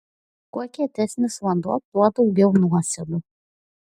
kuo kietesnis vanduo tuo daugiau nuosėdų